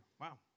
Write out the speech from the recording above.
Wow